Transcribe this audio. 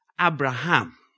Abraham